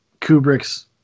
Kubrick's